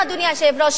אדוני היושב-ראש,